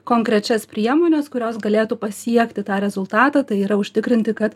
konkrečias priemones kurios galėtų pasiekti tą rezultatą tai yra užtikrinti kad